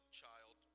child